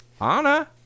Anna